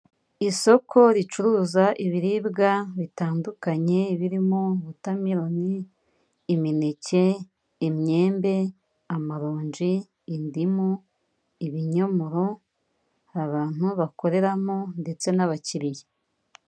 Isoko ricuruza ibiribwa bitandukanye birimo; wotameroni, imineke, imyembe, amaronji, indimu, ibinyomoro, abantu bakoreramo ndetse n'abakiriya.